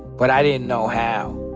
but i didn't know how.